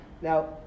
Now